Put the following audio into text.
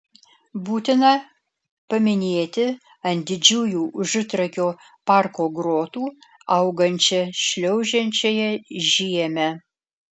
būtina paminėti ant didžiųjų užutrakio parko grotų augančią šliaužiančiąją žiemę